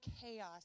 chaos